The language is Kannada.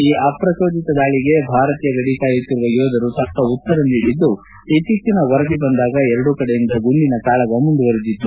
ಈ ಅಪ್ರಜೋದಿತ ದಾಳಿಗೆ ಭಾರತೀಯ ಗಡಿ ಕಾಯುತ್ತಿರುವ ಯೋಧರು ತಕ್ಕ ಉತ್ತರ ನೀಡಿದ್ದು ಇತ್ತೀಚಿನ ವರದಿ ಬಂದಾಗ ಎರಡೂ ಕಡೆಯಿಂದ ಗುಂಡಿನ ಕಾಳಗ ಮುಂದುವರಿದಿತ್ತು